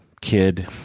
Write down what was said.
kid